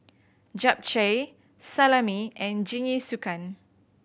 Japchae Salami and Jingisukan